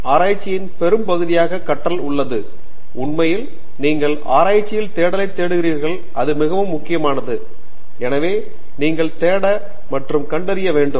ஆராய்ச்சியின் பெரும் பகுதியாக கற்றல் உள்ளது உண்மையில் நீங்கள் ஆராய்ச்சியில் தேடலை தேடுகிறீர்களே அது மிகவும் முக்கியமானது எனவே நீங்கள் தேட மற்றும் கண்டறிய வேண்டும்